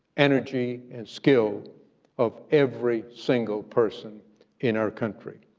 energy, and skill of every single person in our country.